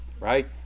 right